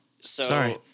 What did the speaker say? Sorry